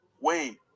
wait